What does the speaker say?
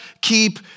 keep